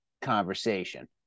conversation